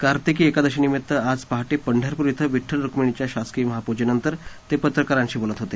कार्तिकी एकादशीनिमित्त आज पहाटे पंढरपूर िक्विंडल रुक्मिणीच्या शासकीय महापूजेनंतर ते पत्रकारांशी बोलत होते